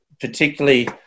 particularly